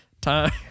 Time